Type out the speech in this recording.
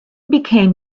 became